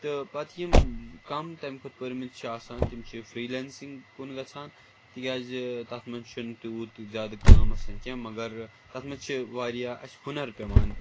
تہٕ پَتہٕ یِم کَم تَمہِ کھۄتہٕ پٔرمٕتۍ چِھ آسان تِم چھِ فرِٛی لینسِگ کُن گژھان تکیٛازِ تَتھ منٛز چھُنہٕ تیٛوٗت زیادٕ کٲم آسان کیٚنٛہہ مگر تَتھ منٛز چھِ واریاہ اَسہِ ہُنَر پؠوان